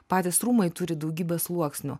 patys rūmai turi daugybę sluoksnių